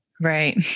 Right